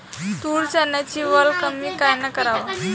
तूर, चन्याची वल कमी कायनं कराव?